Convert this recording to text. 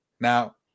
now